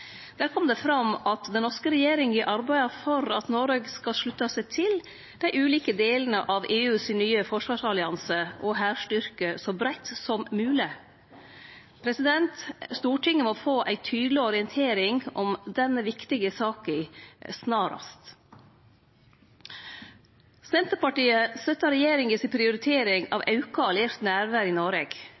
Der kom det fram at den norske regjeringa arbeider for at Noreg skal slutte seg til dei ulike delane av EUs nye forsvarsallianse og hærstyrke så breitt som mogleg. Stortinget må få ei tydeleg orientering om denne viktige saka snarast. Senterpartiet støttar regjeringa i si prioritering av auka alliert nærvær i Noreg.